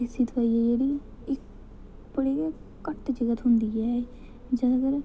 देसी दोआई ऐ जेह्ड़ी एह् बड़े घट्ट जगह् थ्होंदी ऐ एह् जैदातर